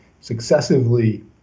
successively